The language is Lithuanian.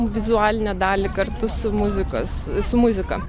vizualinę dalį kartu su muzikos su muzika